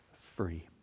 free